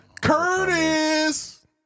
Curtis